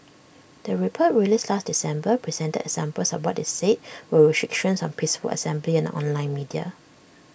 the report released last December presented examples of what IT said were restrictions on peaceful assembly and online media